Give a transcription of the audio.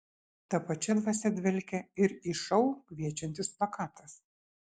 ta pačia dvasia dvelkia ir į šou kviečiantis plakatas